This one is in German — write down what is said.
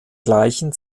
gleichen